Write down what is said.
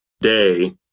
day